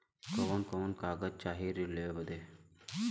कवन कवन कागज चाही ऋण लेवे बदे?